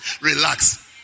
Relax